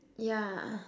yeah